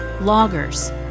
loggers